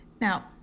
Now